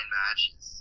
matches